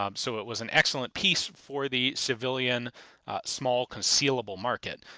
um so it was an excellent piece for the civilian small concealable market.